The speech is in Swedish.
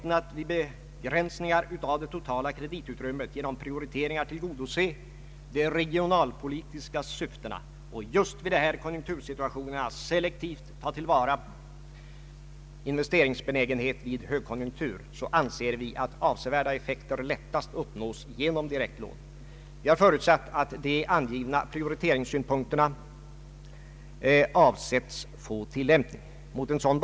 En omfördelning även av enskild verksamhet från expansiva till stagnerande regioner erfordrades. Nya medel föresloges för att påverka företagens lokaliseringsval.